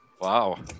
Wow